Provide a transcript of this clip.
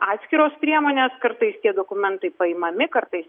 atskiros priemonės kartais tie dokumentai paimami kartais nepaimami